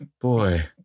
boy